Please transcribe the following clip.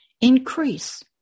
increase